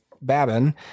Babin